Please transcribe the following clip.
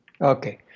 Okay